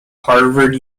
harvard